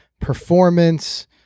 performance